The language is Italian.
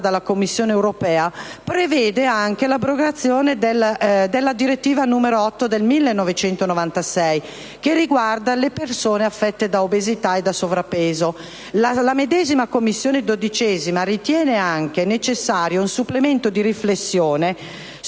Commissione europea, prevede l'abrogazione della direttiva n. 8 del 1996 che riguarda le persone affette da obesità e da sovrappeso. La Commissione sanità ritiene anche necessario un supplemento di riflessione sull'esclusione